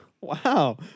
Wow